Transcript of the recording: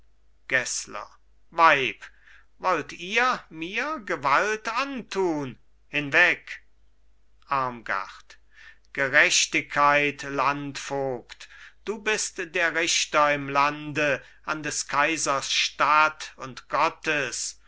gessler weib wollt ihr mir gewalt antun hinweg armgard gerechtigkeit landvogt du bist der richter im lande an des kaisers statt und gottes